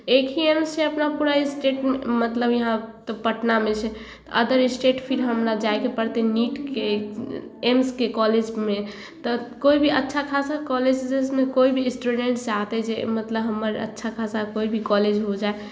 एक ही एम्स छै अपना पूरा एस्टेटमे मतलब यहाँ तऽ पटनामे छै तऽ अदर एस्टेट फेर हमरा जाइके पड़तै नीटके एम्सके कॉलेजमे तऽ कोइ भी अच्छा खासा कॉलेज जिसमे कोइ भी स्टुडेन्ट चाहतै जे मतलब हमर अच्छा खासा कोइ भी कॉलेज हो जाए